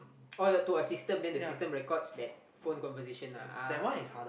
oh the to a system then the system records that phone conversation ah ah